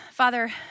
Father